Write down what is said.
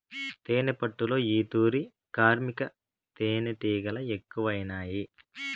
తేనెపట్టులో ఈ తూరి కార్మిక తేనీటిగలె ఎక్కువైనాయి